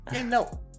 No